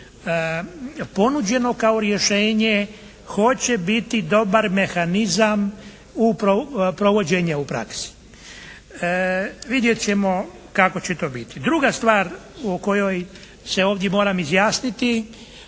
ponuđeno kao rješenje hoće biti dobar mehanizam provođenja u praksi. Vidjet ćemo kako će to biti. Druga stvar o kojoj se ovdje moram izjasniti